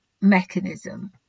mechanism